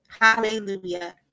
hallelujah